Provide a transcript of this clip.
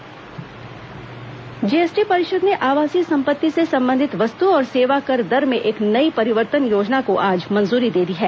GST आवास संपत्ति GST परिषद ने आवासीय संपत्ति से संबंधित वस्तु और सेवा कर दर में एक नई परिवर्तन योजना को आज मंजूरी दे दी है